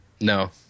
no